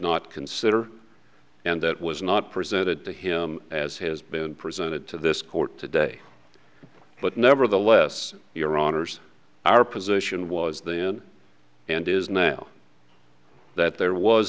not consider and that was not presented to him as has been presented to this court today but nevertheless your honour's our position was then and is now that there was